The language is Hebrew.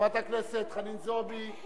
חברת הכנסת חנין זועבי,